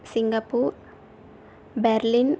Singapore Berlin